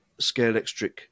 Scalextric